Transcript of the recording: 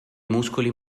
muscoli